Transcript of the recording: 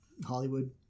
hollywood